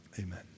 amen